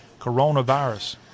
coronavirus